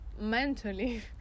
mentally